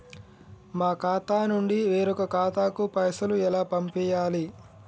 మా ఖాతా నుండి వేరొక ఖాతాకు పైసలు ఎలా పంపియ్యాలి?